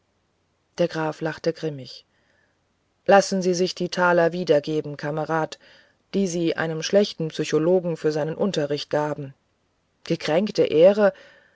der graf lachte grimmig lassen sie sich die taler wiedergeben kamerad die sie einem schlechten psychologen für seinen unterricht gaben gekränkte ehre